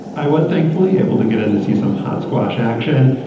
i was thankfully able to get in to see some hot squash action,